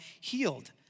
healed